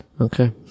okay